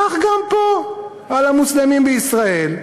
כך גם פה על המוסלמים בישראל,